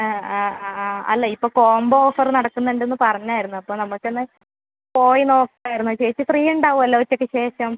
A ആ അ അല്ല ഇപ്പോൾ കോമ്പോ ഓഫറ് നടക്കുന്നുണ്ടെന്ന് പറഞ്ഞായിരുന്നു അപ്പോൾ നമ്മൾക്ക് ഒന്ന് പോയി നോക്കായിരുന്നു ചേച്ചി ഫ്രീയുണ്ടാവുമല്ലൊ ഉച്ചയ്ക്ക് ശേഷം